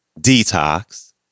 Detox